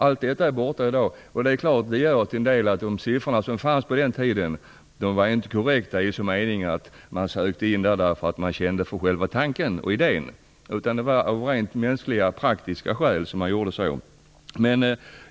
Allt sådant är borta i dag. Det är klart att siffrorna på den tiden till en del inte var korrekta genom att man inte sökte sig till de här förbunden därför att man kände för själva tanken och idén med dem. I stället var det av rent mänskliga och praktiska skäl som man gjorde det.